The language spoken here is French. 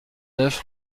neuf